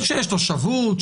כשיש תושבות,